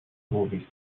movies